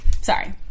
Sorry